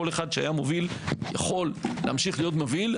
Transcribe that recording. כל אחד שהיה מוביל יכול להמשיך להיות מוביל.